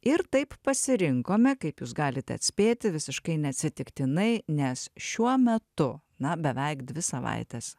ir taip pasirinkome kaip jūs galite atspėti visiškai neatsitiktinai nes šiuo metu na beveik dvi savaites